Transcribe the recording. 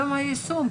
וגם היישום.